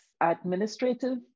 administrative